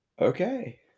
Okay